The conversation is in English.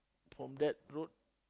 from that road